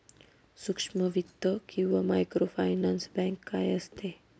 सूक्ष्म वित्त किंवा मायक्रोफायनान्स बँक काय असते?